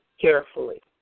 carefully